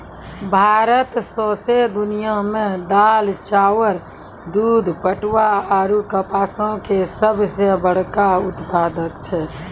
भारत सौंसे दुनिया मे दाल, चाउर, दूध, पटवा आरु कपासो के सभ से बड़का उत्पादक छै